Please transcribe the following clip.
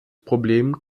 problem